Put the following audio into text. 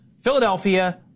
Philadelphia